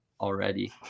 already